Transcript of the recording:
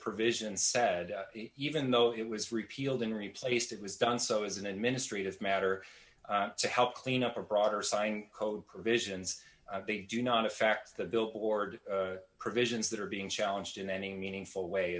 provision sad even though it was repealed and replaced it was done so as an administrative matter to help clean up a broader sign code provisions do not affect the billboard provisions that are being challenged in any meaningful way